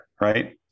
Right